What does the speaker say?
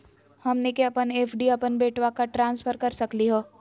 हमनी के अपन एफ.डी अपन बेटवा क ट्रांसफर कर सकली हो?